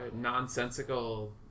nonsensical